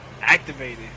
Activated